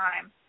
time